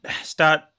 start